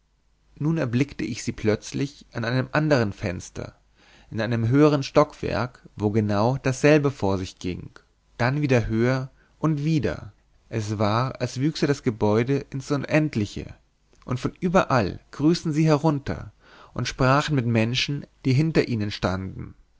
nun erblickte ich sie plötzlich an einem andern fenster in einem höhern stockwerk wo genau dasselbe vor sich ging dann wieder höher und wieder es war als wüchse das gebäude ins unendliche und von überall grüßten sie herunter und sprachen mit menschen die hinter ihnen standen